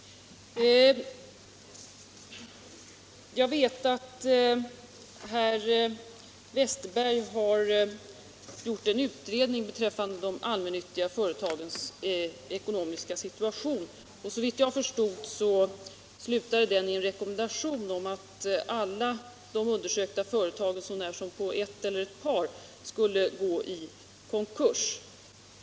Jag vet att herr Westerberg har gjort en utredning beträffande de allmännyttiga företagens ekonomiska situation. Såvitt jag förstår slutade 2 utredningen i en rekommendation att alla de undersökta företagen, så när som på ett eller ett par, skulle gå i konkurs.